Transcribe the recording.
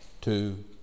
two